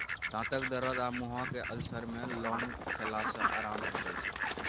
दाँतक दरद आ मुँहक अल्सर मे लौंग खेला सँ आराम भेटै छै